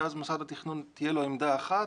ואז למוסד התכנון תהיה עמדה אחת,